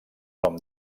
nom